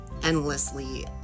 endlessly